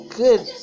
good